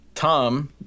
Tom